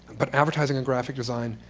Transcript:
but advertising and graphic design,